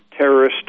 Terrorist